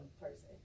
person